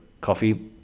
coffee